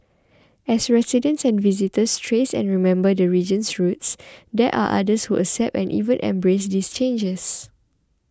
as residents and visitors trace and remember the region's roots there are others who accept and even embrace these changes